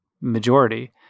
majority